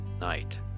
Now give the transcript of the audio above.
night